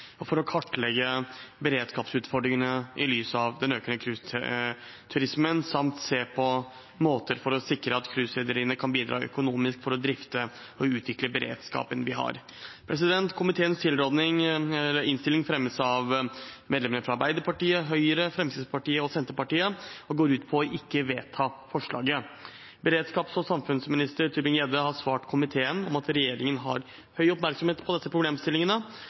og for å kartlegge beredskapsutfordringene i lys av den økende cruiseturismen samt se på måter å sikre at cruiserederiene kan bidra økonomisk til å drifte og utvikle beredskapen vi har. Komiteens innstilling fremmes av medlemmene fra Arbeiderpartiet, Høyre, Fremskrittspartiet og Senterpartiet og går ut på ikke å vedta forslaget. Beredskaps- og samfunnssikkerhetsminister Ingvil Smines Tybring-Gjedde har svart komiteen at regjeringen har høy oppmerksomhet på disse problemstillingene,